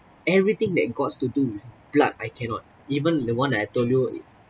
everything that gots to do with blood I cannot even the one that I told you